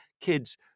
kids